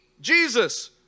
Jesus